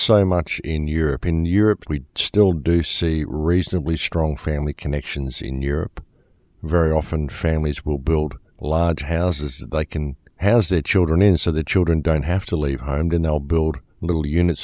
so much in europe in europe we still do see reasonably strong family connections in europe very often families will build a large house is like and has the children in so the children don't have to leave i'm going they'll build little unit